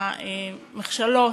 המכשלות,